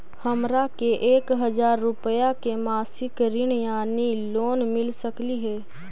हमरा के एक हजार रुपया के मासिक ऋण यानी लोन मिल सकली हे?